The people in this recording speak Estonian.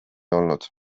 olnud